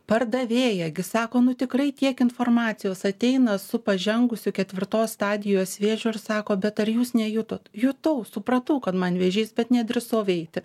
pardavėja gi sako nu tikrai tiek informacijos ateina su pažengusiu ketvirtos stadijos vėžiu ir sako bet ar jūs nejutot jutau supratau kad man vėžys bet nedrįsau eiti